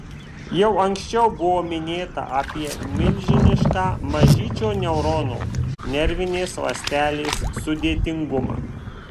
jau anksčiau buvo minėta apie milžinišką mažyčio neurono nervinės ląstelės sudėtingumą